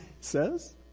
says